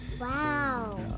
Wow